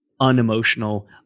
unemotional